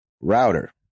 Router